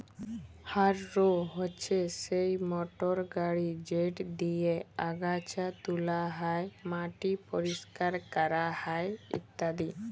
harrow হছে সেই motor গাড়ি যেট দিঁয়ে আগাছা তুলা হ্যয়, মাটি পরিষ্কার ক্যরা হ্যয় ইত্যাদি